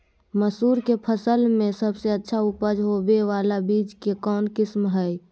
मसूर के फसल में सबसे अच्छा उपज होबे बाला बीज के कौन किस्म हय?